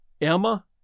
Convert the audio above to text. Emma